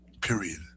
Period